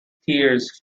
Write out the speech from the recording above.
tears